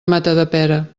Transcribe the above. matadepera